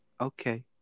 okay